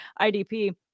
IDP